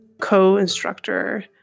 co-instructor